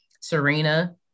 Serena